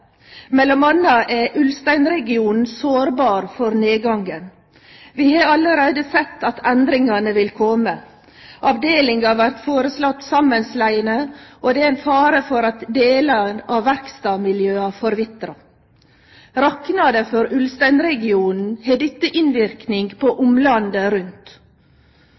anna er Ulstein-regionen sårbar for nedgangen. Me har allereie sett at endringane vil kome. Avdelingar vert foreslått samanslegne, og det er ein fare for at delar av verkstadmiljøa forvitrar. Raknar det for Ulstein-regionen, har dette innverknad på omlandet rundt.